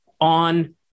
on